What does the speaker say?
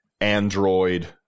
android